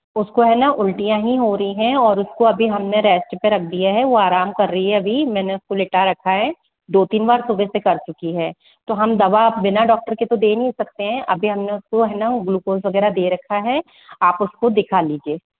उसको है ना उल्टियाँ ही हो रही हैं और उसको अभी हमने रेस्ट पे रख दिया है वो आराम कर रही है अभी मैंने उसको लिटा रखा है दो तीन बार सुबह से कर चुकी है तो हम दवा आप बिना डॉक्टर के तो दे नहीं सकते है अभी हमने उसको है ना वो ग्लूकोस वगैरह दे रखा है आप उसको दिखा लीजिये